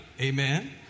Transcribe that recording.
Amen